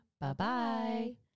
Bye-bye